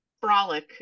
frolic